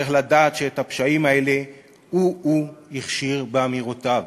צריך לדעת שאת הפשעים האלה הוא-הוא הכשיר באמירותיו.